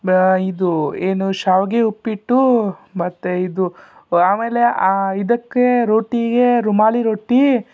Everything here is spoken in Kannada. ಬ ಇದು ಏನು ಶಾವಿಗೆ ಉಪ್ಪಿಟ್ಟು ಮತ್ತು ಇದು ಆಮೇಲೆ ಇದಕ್ಕೆ ರೋಟಿಗೆ ರುಮಾಲಿ ರೊಟ್ಟಿ